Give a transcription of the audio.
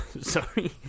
Sorry